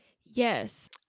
Yes